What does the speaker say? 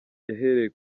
yahereye